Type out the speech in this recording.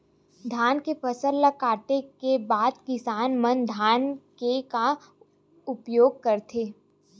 धान के फसल ला काटे के बाद किसान मन धान के का उपयोग करथे?